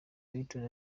victory